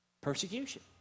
persecution